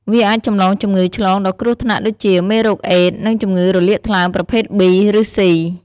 វាអាចចម្លងជំងឺឆ្លងដ៏គ្រោះថ្នាក់ដូចជា មេរោគអេដស៍ និងជំងឺរលាកថ្លើមប្រភេទ ប៊ី ឬស៊ី។